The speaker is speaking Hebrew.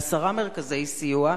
לעשרה מרכזי סיוע,